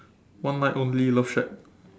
one night only love shack